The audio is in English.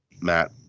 Matt